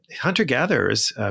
hunter-gatherers